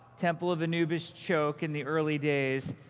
temple of anubis choke in the early days.